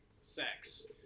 sex